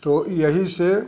तो यही से